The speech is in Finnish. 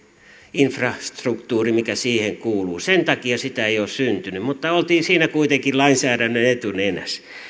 infrastruktuuri mikä siihen kuuluu sen takia sitä ei ole syntynyt mutta oltiin siinä kuitenkin lainsäädännön etunenässä